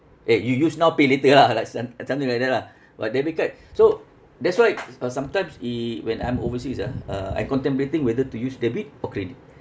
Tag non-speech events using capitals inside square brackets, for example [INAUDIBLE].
eh you use now pay later lah [LAUGHS] like some~ something like that lah but debit card so that's why s~ uh sometimes i~ when I'm overseas ah uh I contemplating whether to use debit or credit